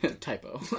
Typo